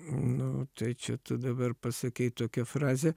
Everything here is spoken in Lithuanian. nu tai čia tu dabar pasakei tokią frazę